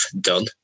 done